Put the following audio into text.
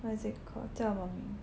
what is it called 叫什么名